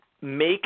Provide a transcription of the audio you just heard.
make